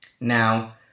Now